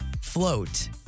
float